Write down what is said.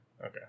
Okay